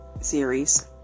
series